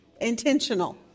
Intentional